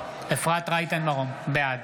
בעד